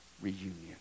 reunion